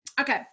Okay